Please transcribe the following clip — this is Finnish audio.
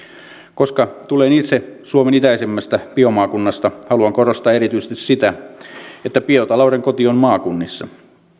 koska tulen itse suomen itäisimmästä biomaakunnasta haluan korostaa erityisesti sitä että biotalouden koti on maakunnissa